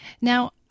Now